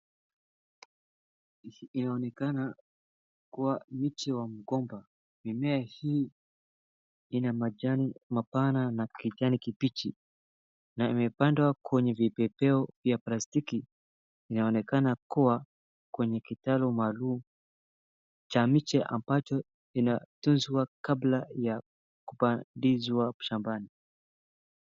Inaonekana kuwa miti wa mgomba. Mimea hii ina majani mapana na kijani kibichi na imepandwa kwenye vipepeo vya plastiki. Inaonekana kuwa kwenye kitaro maalum cha miche ambacho inatunzwa kabla ya kupandizwa shambani.